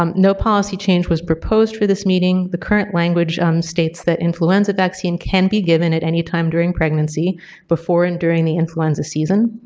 um no policy change was proposed for this meeting. the current language states that influenza vaccine can be given at any time during pregnancy before and during the influenza season.